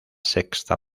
sexta